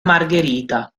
margherita